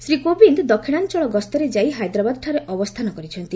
ଶ୍ରୀ କୋବିନ୍ଦ ଦକ୍ଷିଣାଞ୍ଚଳ ଗସ୍ତରେ ଯାଇ ହାଇଦ୍ରାବାଦଠାରେ ଅବସ୍ଥାନ କରିଛନ୍ତି